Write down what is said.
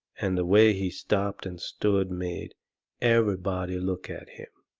and the way he stopped and stood made everybody look at him.